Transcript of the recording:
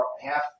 half